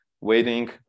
waiting